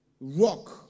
rock